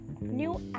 new